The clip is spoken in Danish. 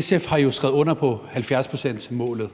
SF har jo skrevet under på 70-procentsmålet